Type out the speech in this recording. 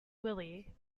willey